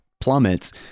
plummets